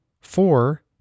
Four